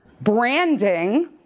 Branding